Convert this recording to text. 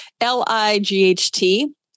L-I-G-H-T